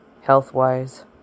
health-wise